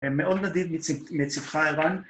‫מאוד נדיב מצדך ערן